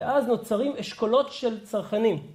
ואז נוצרים אשכולות של צרכנים.